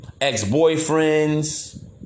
ex-boyfriends